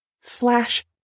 slash